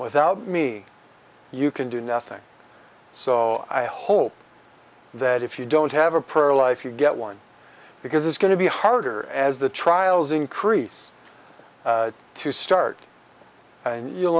without me you can do nothing so i hope that if you don't have a prayer life you get one because it's going to be harder as the trials increase to start and you'll